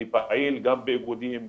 אני פעיל גם באיגודים,